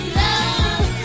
love